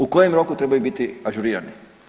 U kojem roku trebaju biti ažurirani?